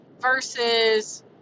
versus